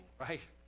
right